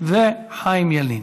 וחיים ילין.